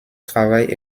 travaille